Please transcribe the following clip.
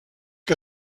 que